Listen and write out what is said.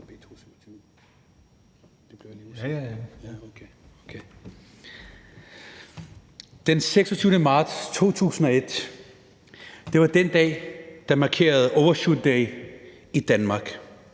Den 26. marts 2021 var den dag, der markerede overshoot day i Danmark,